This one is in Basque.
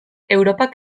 europak